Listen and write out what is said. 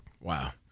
Wow